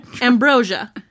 ambrosia